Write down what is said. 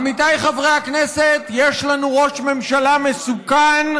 עמיתיי חברי הכנסת, יש לנו ראש ממשלה מסוכן,